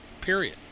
period